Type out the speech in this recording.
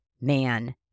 Man